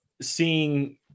seeing